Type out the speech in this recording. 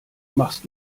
machst